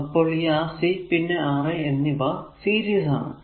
അപ്പോൾ ഈ Rc പിന്നെ R a എന്നിവ സീരീസ് ആണ്